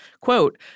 Quote